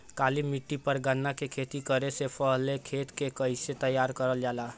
काली मिट्टी पर गन्ना के खेती करे से पहले खेत के कइसे तैयार करल जाला?